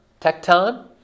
tecton